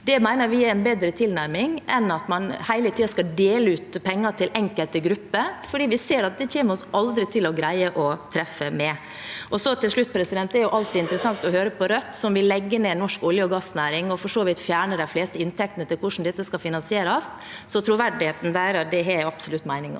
Det mener vi er en bedre tilnærming enn at man hele tiden skal dele ut penger til enkelte grupper, for vi ser at det kommer vi aldri til å greie å treffe med. Til slutt: Det er alltid interessant å høre på Rødt, som vil legge ned norsk olje- og gassnæring og for så vidt fjerne de fleste inntektene, med tanke på hvordan dette skal finansieres. Troverdigheten deres har jeg absolutt meninger